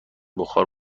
بخار